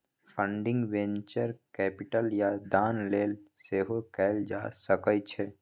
funding venture capital या दान लेल सेहो कएल जा सकै छै